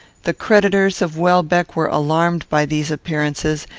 the creditors of welbeck were alarmed by these appearances,